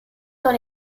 dans